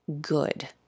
good